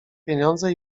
pieniądze